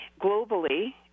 globally